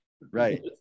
Right